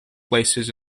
places